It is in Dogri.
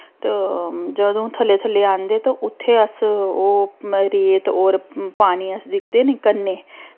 तो जदूं थल्लै थल्लै आंदे तो उत्थें अस ओह् रेत होर पानी अस दिखदे नी कन्नै